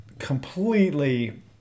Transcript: completely